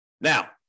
Now